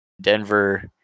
Denver